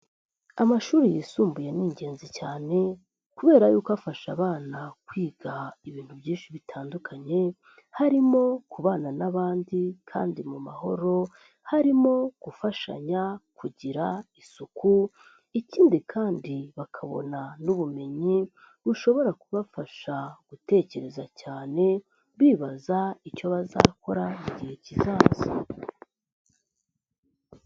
Amashuri yisumbuye ni ingenzi cyane kubera yuko afasha abana kwiga ibintu byinshi bitandukanye, harimo kubana n'abandi kandi mu mahoro, harimo gufashanya, kugira isuku, ikindi kandi bakabona n'ubumenyi bushobora kubafasha gutekereza cyane bibaza icyo bazakora mu gihe kizaza.